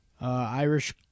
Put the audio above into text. Irish